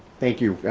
thank you,